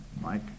Mike